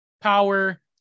Power